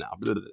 now